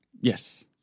Yes